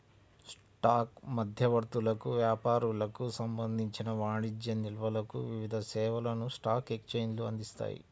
stock మధ్యవర్తులకు, వ్యాపారులకు సంబంధించిన వాణిజ్య నిల్వలకు వివిధ సేవలను స్టాక్ ఎక్స్చేంజ్లు అందిస్తాయి